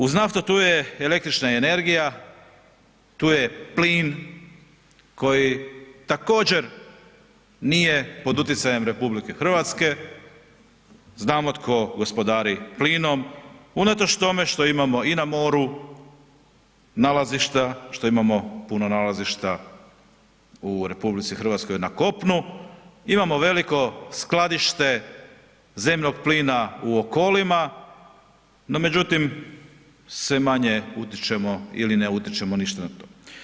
Uz naftu, tu je električna energija, tu je plin koji također nije pod utjecajem RH, znamo tko gospodari plinom, unatoč tome što imamo i na moru nalazišta, što imamo puno nalazišta u RH na kopnu, imamo veliko skladište zemnog plina u okolima, no međutim, sve manje utječemo ili ne utječemo ništa na to.